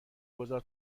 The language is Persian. گذار